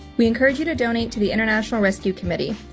we encourage you to donate to the international rescue committee,